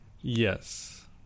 Yes